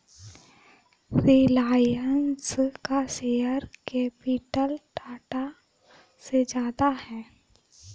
रिलायंस का share capital Tata से ज्यादा है